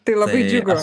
tai labai džiugu